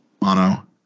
Mono